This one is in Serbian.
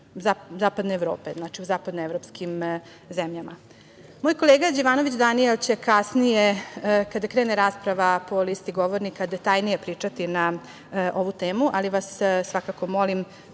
zapadne Evrope, znači u zapadnoevropskim zemljama. Moj kolega Đevanović Danijel će kasnije, kada krene rasprava po listi govornika, detaljnije pričati na ovu temu, ali vas svakako molim